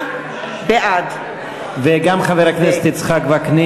בעד וגם חבר הכנסת יצחק וקנין?